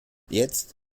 jetzt